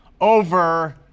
over